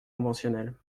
conventionnels